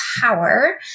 power